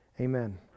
Amen